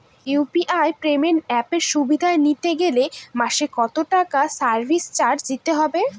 UPI payment অ্যাপের সুবিধা নিতে গেলে মাসে কত টাকা সার্ভিস চার্জ দিতে হবে?